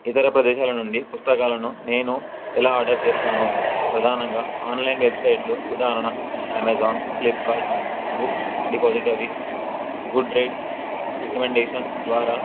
ఇతర ప్రదేశాల నుండి పుస్తకాలను నేను ఎలా ఆర్డర్ చేస్తాను ప్రధానంగా ఆన్లైన్ వెబ్సైట్లు ఉదాహరణ Amazon Flipkart Book Depository Goodreads recommendations ద్వారా